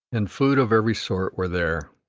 and food of every sort, were there.